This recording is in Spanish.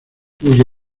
huye